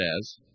says